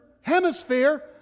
hemisphere